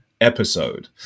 Episode